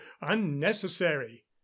unnecessary